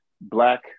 Black